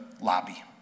lobby